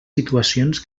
situacions